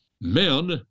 Men